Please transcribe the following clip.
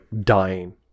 dying